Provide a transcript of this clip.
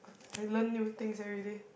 like learn new things everyday